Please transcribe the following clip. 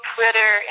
Twitter